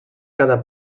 cada